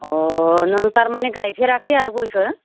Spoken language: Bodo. अह नों थारमाने गायफेराखै आरो गयखौ